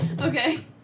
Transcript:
Okay